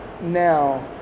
Now